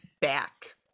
back